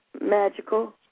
Magical